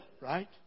right